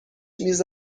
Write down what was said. میز